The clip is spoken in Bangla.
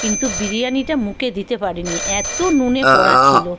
কিন্তু বিরিয়ানিটা মুখে দিতে পারিনি এত নুনে পোড়া ছিল